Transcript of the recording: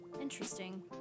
interesting